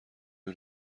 اون